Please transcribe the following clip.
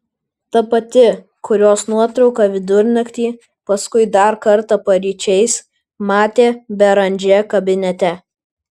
ta pati kurios nuotrauką vidurnaktį paskui dar kartą paryčiais matė beranžė kabinete